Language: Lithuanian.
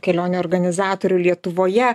kelionių organizatorių lietuvoje